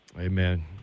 Amen